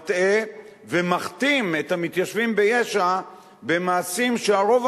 מטעה ומכתים את המתיישבים ביש"ע במעשים שהרוב